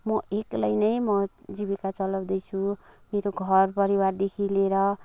म एक्लै नै म जीविका चलाउँदैछु मेरो घर परिवारदेखि लिएर